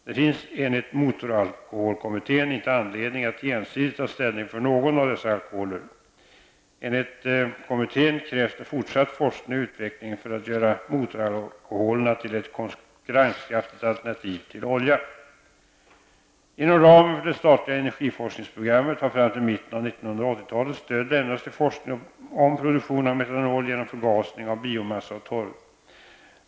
Det finns enligt motoralkoholkommittén inte anledning att ensidigt ta ställning för någon av dessa alkoholer. Enligt motoralkoholkommittén krävs det fortsatt forskning och utveckling för att göra motoralkoholerna till ett konkurrenskraftigt alternativ till olja. Inom ramen för det statliga energiforskningsprogrammet har fram till mitten av 1980-talet stöd lämnats till forskning om produktion av metanol genom förgasning av biomassa och torv.